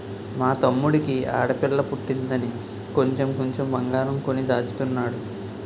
మా తమ్ముడికి ఆడపిల్ల పుట్టిందని కొంచెం కొంచెం బంగారం కొని దాచుతున్నాడు